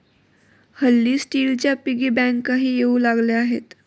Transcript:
हल्ली स्टीलच्या पिगी बँकाही येऊ लागल्या आहेत